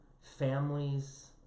families